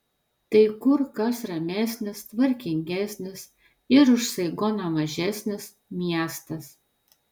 tai kur kas ramesnis tvarkingesnis ir už saigoną mažesnis miestas